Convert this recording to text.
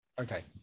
Okay